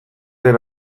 den